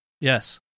yes